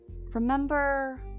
Remember